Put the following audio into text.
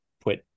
put